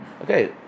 Okay